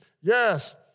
Yes